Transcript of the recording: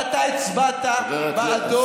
ואתה הצבעת בעדו.